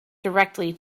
directly